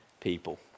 people